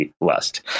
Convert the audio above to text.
Lust